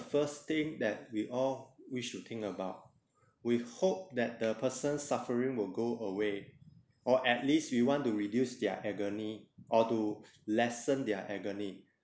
first thing that we all we should think about with hope that the person suffering will go away or at least we want to reduce their agony or to lessen their agony